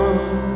One